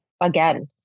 again